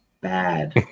bad